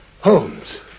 Holmes